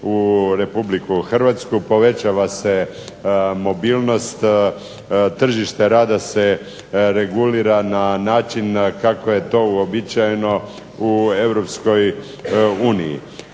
u RH, povećava se mobilnost, tržište rada se regulira na način kako je to uobičajeno u EU. Međutim,